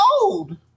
old